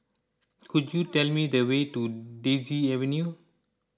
could you tell me the way to Daisy Avenue